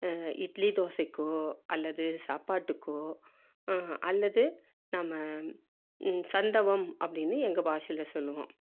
இட்லி தோசைக்கோ அல்லது சாப்பாட்டுக்கோ அல்லது நம்ம சந்தவம் அப்படின்னு எங்கள் பாஷையில் சொல்லுவோம்